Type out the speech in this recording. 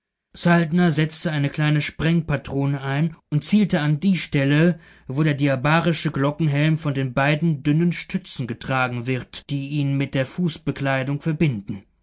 setzte eine kleine sprengpatrone ein und zielte an die stelle wo der diabarische glockenhelm von den beiden dünnen stützen getragen wird die ihn mit der fußbekleidung verbinden